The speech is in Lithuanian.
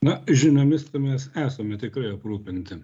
na žiniomis mes esame tikrai aprūpinti